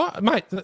Mate